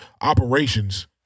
Operations